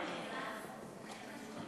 זה החוק